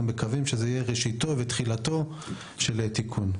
מקווים שזה יהיה תחילתו של תיקון.